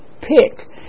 pick